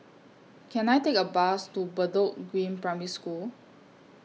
Can I Take A Bus to Bedok Green Primary School